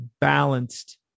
balanced